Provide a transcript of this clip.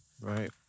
Right